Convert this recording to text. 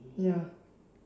ya